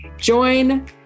Join